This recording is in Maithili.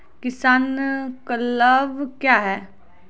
किसान क्लब क्या हैं?